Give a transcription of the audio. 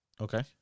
Okay